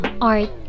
art